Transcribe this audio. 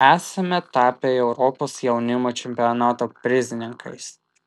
esame tapę europos jaunimo čempionato prizininkais